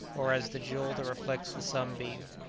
or as the jewel that reflects the sunbeam.